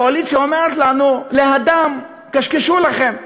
כאשר הקואליציה אומרת לנו: להד"ם, קשקשו לכם,